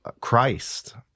Christ